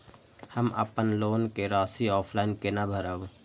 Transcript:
हम अपन लोन के राशि ऑफलाइन केना भरब?